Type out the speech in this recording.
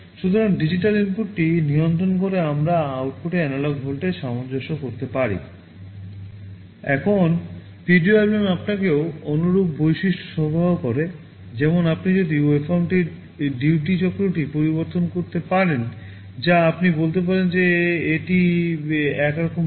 সুতরাং ডিজিটাল ইনপুটটি নিয়ন্ত্রণ করে আমরা আউটপুট এনালগ ভোল্টেজ সামঞ্জস্য করতে পারি